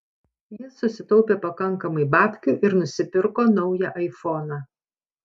jis sutaupė pakankamai babkių ir nusipirko naują aifoną